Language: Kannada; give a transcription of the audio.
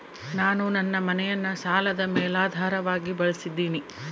ನಾನು ನನ್ನ ಮನೆಯನ್ನ ಸಾಲದ ಮೇಲಾಧಾರವಾಗಿ ಬಳಸಿದ್ದಿನಿ